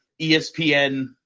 ESPN